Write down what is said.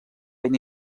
ben